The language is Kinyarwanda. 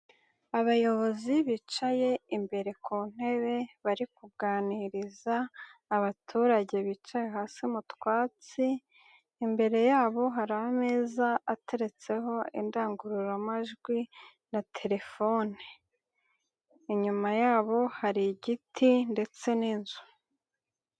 Abayobozi bicaye imbere ku ntebe bari kuganiriza abaturage bicaye hasi mu twatsi, imbere yabo hari ameza ateretseho indangururamajwi na telefone. Inyuma yabo hari igiti ndetse n'inzu.